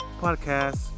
podcast